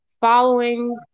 following